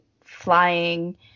flying